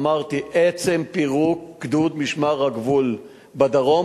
אמרתי: עצם פירוק גדוד משמר הגבול בדרום,